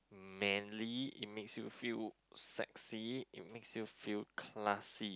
manly it makes you feel sexy it makes you feel classy